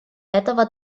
этого